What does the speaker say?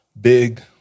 big